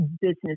business